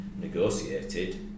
negotiated